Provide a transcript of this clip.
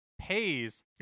pays